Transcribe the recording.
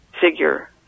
figure